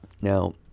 now